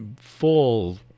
full